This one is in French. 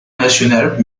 national